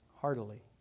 heartily